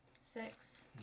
Six